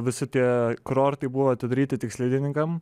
visi tie kurortai buvo atidaryti tik slidininkam